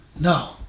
No